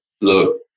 look